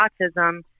autism